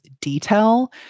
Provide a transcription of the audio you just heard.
detail-